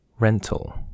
Rental